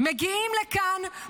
מגיעים לכאן,